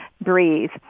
breathe